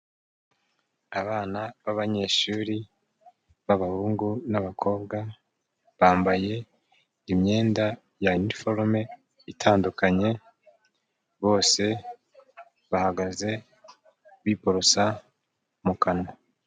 Abana b'abanyeshuri b'abahungu n'abakobwa bambaye imyenda ya iniforume itandukanye, bose bahagaze biborosa mu kanwa.